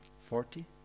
Forty